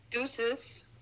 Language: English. deuces